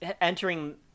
entering